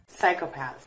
Psychopaths